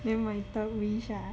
then my third wish ah